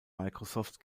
microsoft